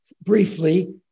briefly